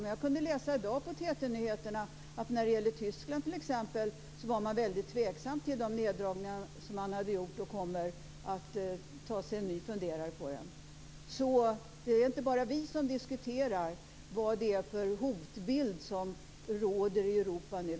Men jag kunde läsa i dag i TT-nyheterna att man t.ex. i Tyskland var väldigt tveksam till de neddragningar som gjorts, och att man kommer att ta sig en ny funderare på det hela. Det är alltså inte bara vi som diskuterar vad det är för hotbild som finns i Europa nu.